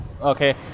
okay